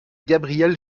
gabriel